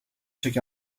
check